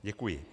Děkuji.